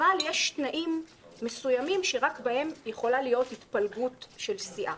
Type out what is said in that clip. אבל יש תנאים מסוימים שרק בהם יכולה להיות התפלגות של סיעה.